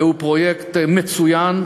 והוא פרויקט מצוין,